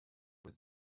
with